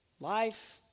life